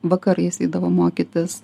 vakarais eidavo mokytis